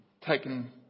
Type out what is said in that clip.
Taken